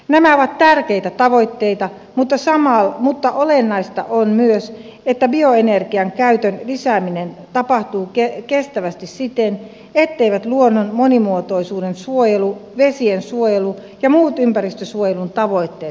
nämä ovat tärkeitä tavoitteita mutta olennaista on myös että bioenergian käytön lisääminen tapahtuu kestävästi siten etteivät luonnon monimuotoisuuden suojelu vesiensuojelu ja muut ympäristönsuojelun tavoitteet vaarannu